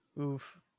Oof